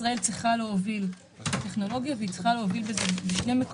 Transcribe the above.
ישראל צריכה להוביל בטכנולוגיה בשני מקומות.